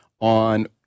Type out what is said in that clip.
on